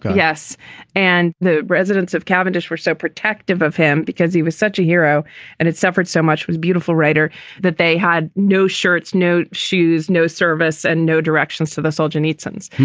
yes and the residents of cavendish were so protective of him because he was such a hero and it suffered so much, was a beautiful writer that they had no shirts, no shoes, no service and no directions to the soldier nielsens.